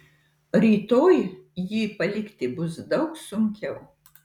rytoj jį palikti bus daug sunkiau